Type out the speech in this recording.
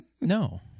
No